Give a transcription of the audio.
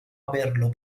haberlo